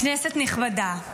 כנסת נכבדה,